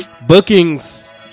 Bookings